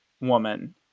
woman